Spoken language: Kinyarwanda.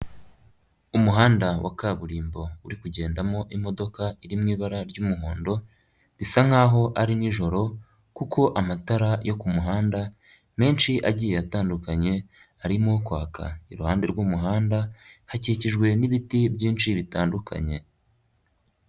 Umuhanda wa kaburimbo uri kugendamo imodoka iri mu ibara ry'umuhondo, bisa nk'aho ari nijoro kuko amatara yo ku muhanda menshi agiye atandukanye harimo kwaka, iruhande rw'umuhanda hakikijwe n'ibiti byinshi bitandukanye.